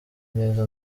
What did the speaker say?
neza